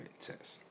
test